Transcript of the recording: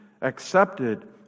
accepted